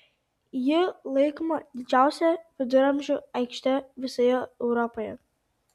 ji laikoma didžiausia viduramžių aikšte visoje europoje